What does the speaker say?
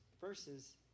verses